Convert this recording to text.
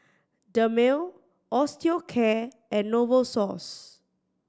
Dermale Osteocare and Novosource